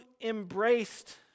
embraced